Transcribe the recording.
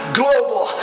global